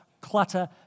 clutter